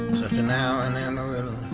slept an hour in amarillo,